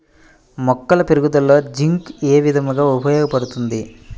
మొక్కల పెరుగుదలకు జింక్ ఏ విధముగా ఉపయోగపడుతుంది?